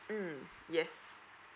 mm yes